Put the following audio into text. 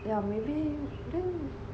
yeah maybe then